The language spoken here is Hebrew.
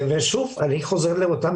ושוב, אני חוזר לאותן